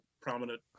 prominent